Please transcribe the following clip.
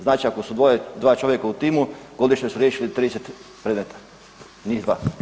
Znači ako su dva čovjeka u timu, godišnje su riješili 30 predmeta, njih 2.